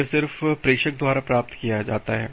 यह सिर्फ प्रेषक द्वारा प्राप्त किया जाता है